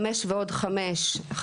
ולכן הפרויקטים